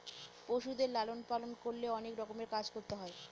পশুদের লালন পালন করলে অনেক রকমের কাজ করতে হয়